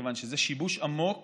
כיוון שזה שיבוש עמוק